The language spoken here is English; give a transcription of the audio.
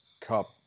cup